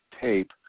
tape